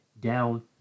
down